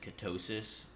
ketosis